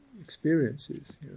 experiences